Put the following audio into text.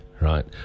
right